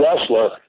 wrestler